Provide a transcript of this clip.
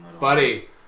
Buddy